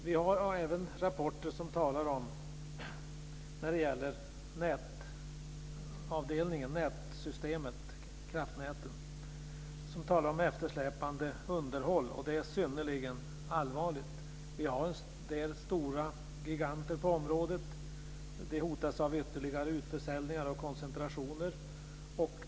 Vi har även rapporter när det gäller nätsystemet, kraftnäten, som talar om eftersläpande underhåll. Det är synnerligen allvarligt. Vi har ju en del stora giganter på området. Det hotas med ytterligare utförsäljningar och koncentrationer.